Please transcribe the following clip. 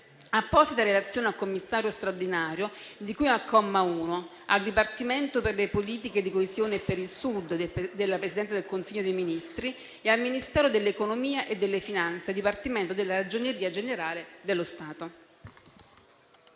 apposita relazione al Commissario straordinario di cui al comma 1, al Dipartimento per le politiche di coesione e per il Sud della Presidenza del Consiglio dei ministri e al Ministero dell'economia e delle finanze - Dipartimento della Ragioneria generale dello Stato.».